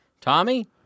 Tommy